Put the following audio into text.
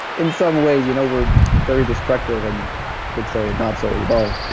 in some ways, you know we're very destructive, and you could say, not so evolved.